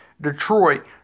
Detroit